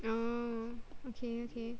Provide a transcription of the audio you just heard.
oh okay okay